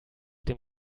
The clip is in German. dem